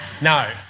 No